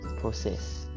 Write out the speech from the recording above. process